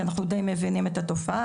כי אנחנו די מבינים את התופעה.